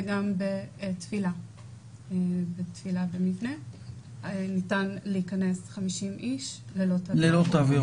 וגם בתפילה במבנה ניתן להיכנס 50 איש ללא תו ירוק.